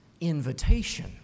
invitation